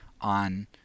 on